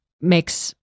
makes